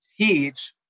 Teach